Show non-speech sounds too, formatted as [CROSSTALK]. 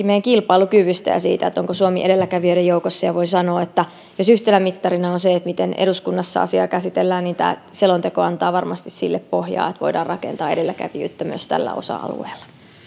[UNINTELLIGIBLE] meidän kilpailukyvystä ja siitä onko suomi edelläkävijöiden joukossa voin sanoa että jos yhtenä mittarina on se miten eduskunnassa asiaa käsitellään niin tämä selonteko antaa varmasti sille pohjaa että voidaan rakentaa edelläkävijyyttä myös tällä osa alueella